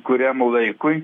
kuriam laikui